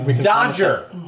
Dodger